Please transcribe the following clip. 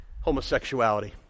homosexuality